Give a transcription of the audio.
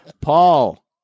Paul